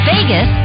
Vegas